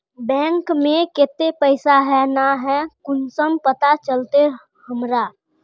Bank में केते पैसा है ना है कुंसम पता चलते हमरा?